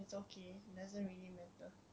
it's okay doesn't really matter